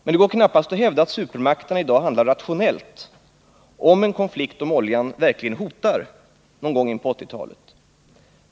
Men det går knappast att hävda att supermakterna i dag handlar rationellt, om en konflikt om oljan verkligen hotar någon gång in på 1980-talet.